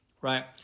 right